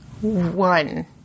One